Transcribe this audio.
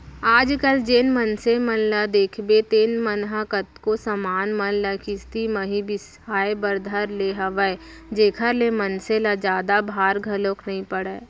आज कल जेन मनसे मन ल देखबे तेन मन ह कतको समान मन ल किस्ती म ही बिसाय बर धर ले हवय जेखर ले मनसे ल जादा भार घलोक नइ पड़य